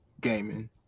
gaming